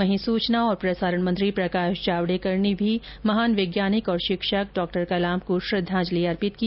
वहीं सूचना और प्रसारण मंत्री प्रकाश जावड़ेकर ने भी महान वैज्ञानिक और शिक्षक डॉक्टर कलाम को श्रद्वांजलि अर्पित की